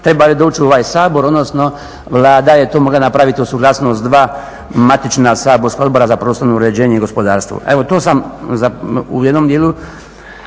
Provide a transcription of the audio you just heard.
trebali doći u ovaj Sabor, odnosno Vlada je to mogla napraviti uz suglasnost dva matična saborska odbora za prostorno uređenje i gospodarstvo. Evo, to sam u jednom dijelu